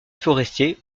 forestier